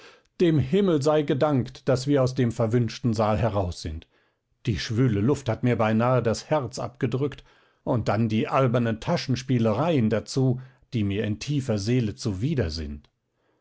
dem himmel sei gedankt daß wir aus dem verwünschten saal heraus sind die schwüle luft hat mir beinahe das herz abgedrückt und dann die albernen taschenspielereien dazu die mir in tiefer seele zuwider sind